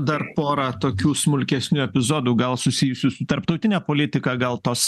dar porą tokių smulkesnių epizodų gal susijusių su tarptautine politika gal tos